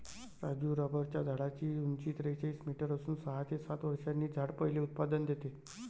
राजू रबराच्या झाडाची उंची त्रेचाळीस मीटर असून सहा ते सात वर्षांनी झाड पहिले उत्पादन देते